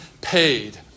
paid